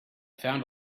found